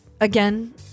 again